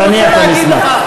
תניח את המסמך.